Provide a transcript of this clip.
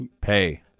Pay